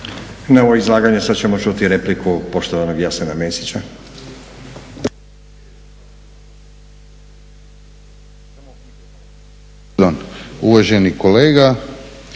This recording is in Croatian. Na ovo izlaganje sada ćemo čuti repliku poštovanog Jasena Mesića. **Mesić, Jasen